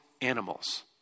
animals